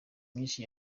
myinshi